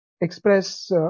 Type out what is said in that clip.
express